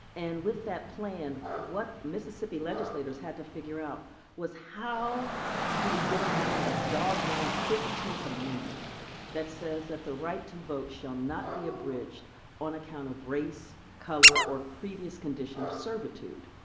and with that plan, what mississippi legislators had to figure out was how do we get around that doggone fifteenth amendment that says that the right to vote shall not be abridged on account of race, color or previous condition of servitude?